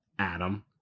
Adam